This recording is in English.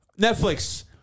Netflix